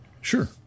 sure